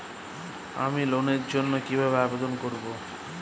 আমি লোনের জন্য কিভাবে আবেদন করব?